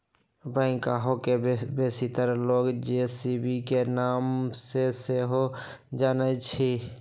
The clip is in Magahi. बैकहो के बेशीतर लोग जे.सी.बी के नाम से सेहो जानइ छिन्ह